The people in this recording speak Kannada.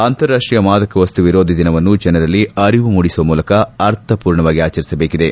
ಅಂತಾರಾಷ್ಟೀಯ ಮಾದಕವಸ್ತು ವಿರೋಧಿ ದಿನವನ್ನು ಜನರಲ್ಲಿ ಅರಿವು ಮೂಡಿಸುವ ಮೂಲಕ ಅರ್ಥಮೂರ್ಣವಾಗಿ ಅಚರಿಸಬೇಕಿದೆ